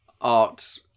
art